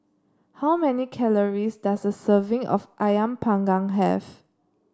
how many calories does a serving of ayam Panggang have